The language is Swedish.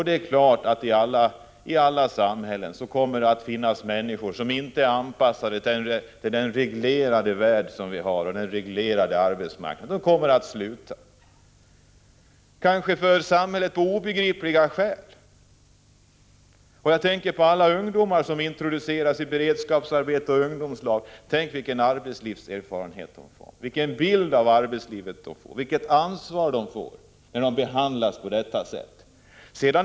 Det är klart att det i alla samhällen kommer att finnas människor som inte är anpassade till vår reglerade värld och den reglerade arbetsmarknad som vi har. De kommer att sluta sina anställningar, kanske av för samhället obegripliga skäl. Jag tänker i detta sammanhang på alla ungdomar som introduceras på arbetsmarknaden i beredskapsarbete och ungdomslag. Vilken arbetslivserfarenhet får de? Vilken bild av arbetslivet och vilket ansvar får de, när de behandlas på det sättet?